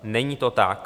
Není to tak.